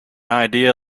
idea